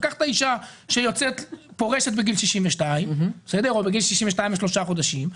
לקחת אישה שפורשת בגיל 62 או בגיל 62 ושלושה חודשים,